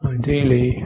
Ideally